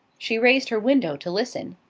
she raised her window to listen.